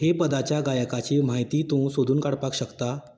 हे पदाच्या गायकाची म्हायती तूं सोदून काडपाक शकता